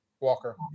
walker